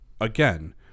again